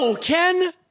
Ken